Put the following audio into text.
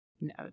No